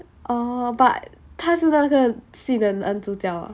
oh but 他是那个戏的男主角 ah